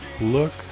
look